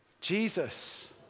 Jesus